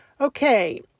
Okay